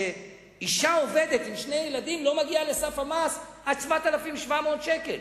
שאשה עובדת עם שני ילדים לא מגיעה לסף המס עד 7,700 שקל.